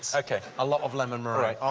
so ok. a lot of lemon meringue. all